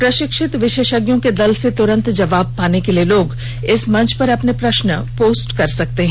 प्रशिक्षित विशेषज्ञों के दल से तुरंत जवाब पाने के लिए लोग इस मंच पर अपने प्रश्न पोस्ट कर सकते हैं